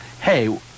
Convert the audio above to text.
Hey